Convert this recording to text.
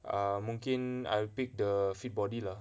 err mungkin I pick the fit body lah